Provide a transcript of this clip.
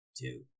two